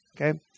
okay